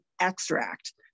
extract